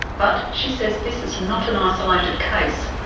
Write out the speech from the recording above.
but, she says, this is not an isolated case.